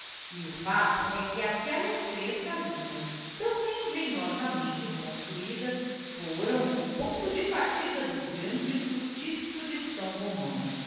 e o fato é que aquelas três casinhas tão engenhosamente construídas foram o ponto de partida do grande cortiço de são romão